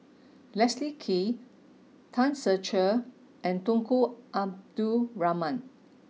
Leslie Kee Tan Ser Cher and Tunku Abdul Rahman